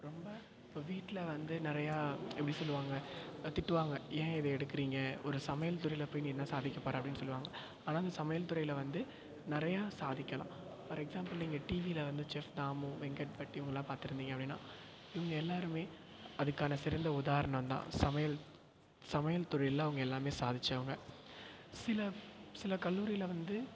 ரொம்ப இப்போ வீட்டில் வந்து நிறையா எப்படி சொல்வாங்க திட்டுவாங்க ஏன் இதை எடுக்குறீங்க ஒரு சமையல் துறையில் போய் நீ என்ன சாதிக்க போகிற அப்படின்னு சொல்வாங்க ஆனால் அந்த சமையல் துறையில வந்து நிறையா சாதிக்கலாம் ஃபார் எக்ஸாம்பிள் நீங்கள் டிவியில் வந்து செஃப் தாமு வெங்கட்பட் இவங்கள்லாம் பாத்திருந்தீங்க அப்படின்னா இவங்க எல்லோருமே அதுக்கான சிறந்த உதாரணம் தான் சமையல் சமையல் துறையில் அவங்க எல்லாம் சாதிச்சவங்க சில சில கல்லூரியில் வந்து